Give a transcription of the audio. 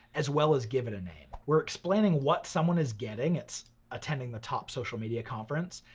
as well as give it a name. we're explaining what someone is getting, it's attending the top social media conference.